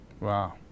Wow